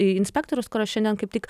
inspektorius kurio šiandien kaip tik